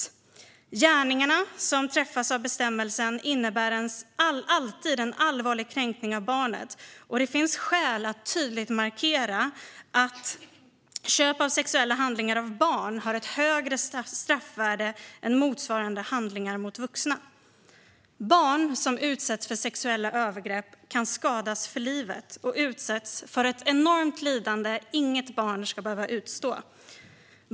De gärningar som träffas av bestämmelsen innebär alltid en allvarlig kränkning av barnet. Det finns skäl att tydligt markera att köp av sexuella handlingar av barn har ett högre straffvärde än motsvarande handlingar som begås mot vuxna. Barn som utsätts för sexuella övergrepp kan skadas för livet och utsätts för ett enormt lidande som inget barn ska behöva utstå.